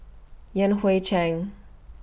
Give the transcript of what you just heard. Yan Hui Chang